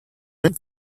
went